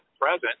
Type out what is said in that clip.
present